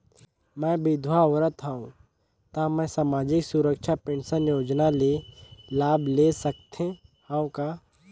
मैं विधवा औरत हवं त मै समाजिक सुरक्षा पेंशन योजना ले लाभ ले सकथे हव का?